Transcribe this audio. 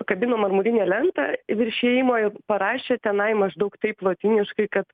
pakabino marmurinę lentą virš įėjimo ir parašė tenai maždaug taip lotyniškai kad